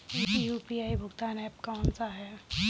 UPI भुगतान app कौन सा है?